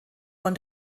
von